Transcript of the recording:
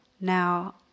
Now